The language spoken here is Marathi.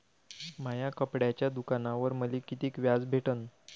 माया कपड्याच्या दुकानावर मले कितीक व्याज भेटन?